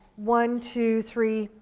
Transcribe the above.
one, two, three,